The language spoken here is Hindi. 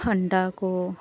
अंडा को